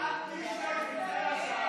הם עשו פי עשרה ממך.